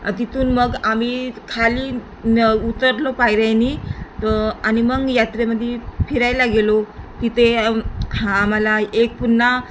तिथून मग आम्ही खाली न उतरलो पायऱ्यांनी तर आणि मग यात्रेमध्ये फिरायला गेलो तिथे आम्हाला एक पुन्हा